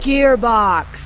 Gearbox